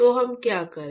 तो हम क्या करें